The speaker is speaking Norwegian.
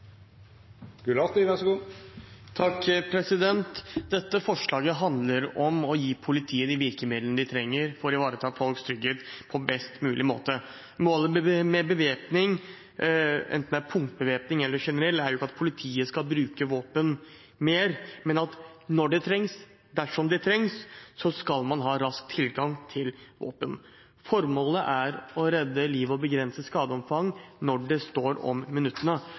Dette forslaget handler om å gi politiet de virkemidlene de trenger for å ivareta folks trygghet på best mulig måte. Målet med bevæpning, enten det er punktbevæpning eller generell bevæpning, er jo ikke at politiet skal bruke våpen mer, men at man når det trengs, dersom det trengs, skal ha rask tilgang til våpen. Formålet er å redde liv og begrense skadeomfang når det står om